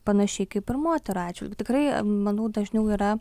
panašiai kaip ir moterų atžvilgiu tikrai manau dažniau yra